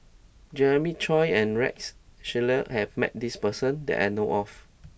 Jeremiah Choy and Rex Shelley has met this person that I know of